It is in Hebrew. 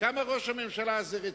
כמה ראש הממשלה הזה רציני.